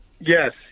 yes